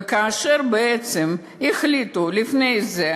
וכאשר בעצם החליטו לפני זה,